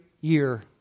year